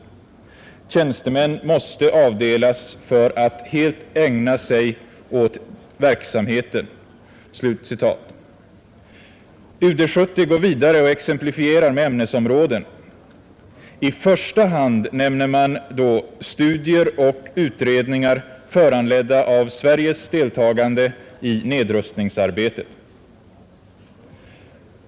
Tjänstemän måste avdelas för att helt ägna sig åt verksamheten.” UD 70 går vidare och exemplifierar med ämnesområden. I första hand nämner man då studier och utredningar föranledda av Sveriges deltagande i nedrustningsarbetet.